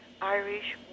Irish